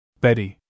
Betty